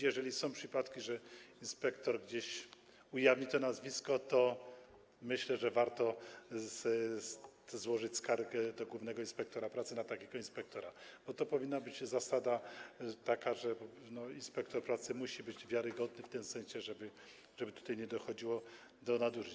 Jeżeli są przypadki, że inspektor ujawni gdzieś to nazwisko, to myślę, że warto złożyć skargę do głównego inspektora pracy na takiego inspektora, bo to powinna być taka zasada, że inspektor pracy musi być wiarygodny w tym sensie, żeby tutaj nie dochodziło do nadużyć.